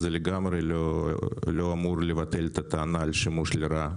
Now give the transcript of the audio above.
זה לגמרי לא אמור לבטל את הטענה לשימוש לרעה